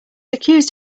accused